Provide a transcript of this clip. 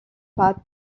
pas